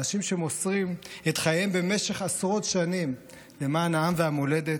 אנשים שמוסרים את חייהם במשך עשרות שנים למען העם והמולדת,